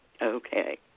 Okay